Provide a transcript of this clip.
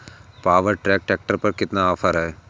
Power track tractor पर कितना offer है?